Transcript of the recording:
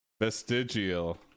Vestigial